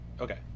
okay